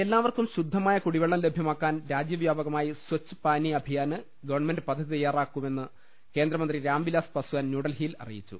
എല്ലാവർക്കും ശുദ്ധമായ കുടിവെള്ളം ലഭ്യമാക്കാൻ രാജ്യവ്യാ പകമായി സച്ഛ് പാനി അഭിയാന് ഗവൺമെന്റ് പദ്ധതി തയ്യാറാ ക്കുമെന്ന് കേന്ദ്രമന്ത്രി രാം വിലാസ് പസ്വാൻ ന്യൂഡൽഹിയിൽ അറിയിച്ചു